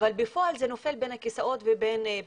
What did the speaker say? אבל בפועל זה נופל בין הכיסאות ובבירוקרטיות